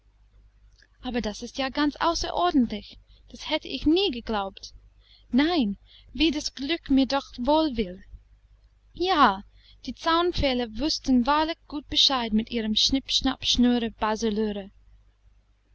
aber das ist ja ganz außerordentlich das hätte ich nie geglaubt nein wie das glück mir doch wohl will ja die zaunpfähle wußten wahrlich gut bescheid mit ihrem